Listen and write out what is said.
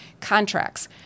Contracts